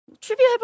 trivia